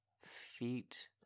feet